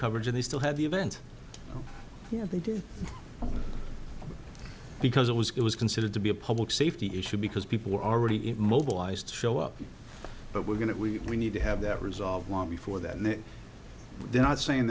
coverage and they still have the event yeah they do because it was it was considered to be a public safety issue because people were already immobilized to show up but we're going to we need to have that resolved long before that and they're not saying